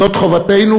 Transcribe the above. זאת חובתנו,